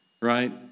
Right